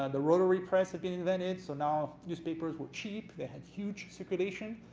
and the rotary press had been invented so now newspapers were cheap, they had huge circulation,